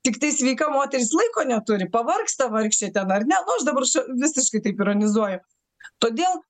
tik tai sveika moteris laiko neturi pavargsta vargšė ten ar ne nu aš dabar š visiškai taip ironizuoju todėl